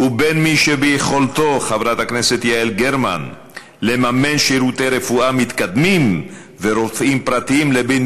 ובין מי שיכול לממן שירותי רפואה מתקדמים ורופאים פרטיים לבין